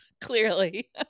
Clearly